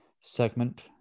segment